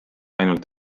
ainult